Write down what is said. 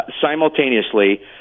simultaneously